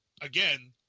again